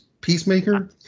Peacemaker